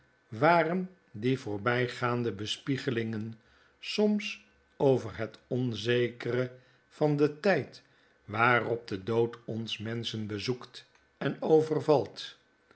waren die voorbijgaande bespiegelingen soms over het onzekere van den tfld waarop de dood ons menschen bezoekt en overvalt